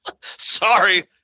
Sorry